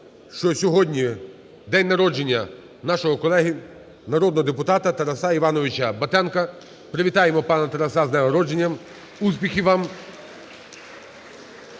сьогодні день народження нашого колеги народного депутата Тараса Івановича Батенка. Привітаємо пана Тараса з днем народження. Успіхів вам.